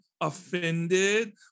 offended